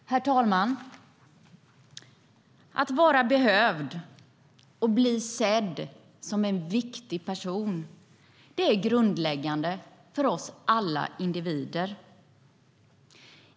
Herr talman! Att vara behövd och bli sedd som en viktig person är grundläggande för alla individer.